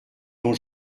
dont